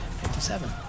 fifty-seven